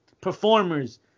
performers